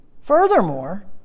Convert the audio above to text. Furthermore